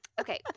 Okay